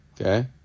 Okay